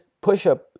push-up